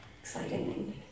exciting